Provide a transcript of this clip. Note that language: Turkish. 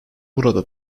burada